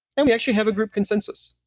and we actually have a group consensus.